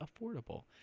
Affordable